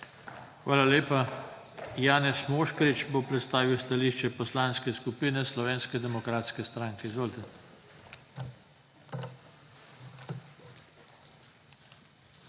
Hvala lepa. Janez Moškrič bo predstavil stališče Poslanske skupine Slovenske demokratske stranke. Izvolite.